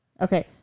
Okay